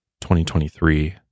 2023